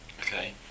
Okay